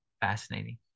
fascinating